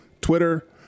Twitter